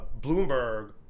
Bloomberg